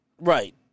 Right